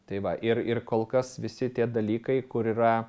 tai va ir ir kol kas visi tie dalykai kur yra